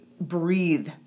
Breathe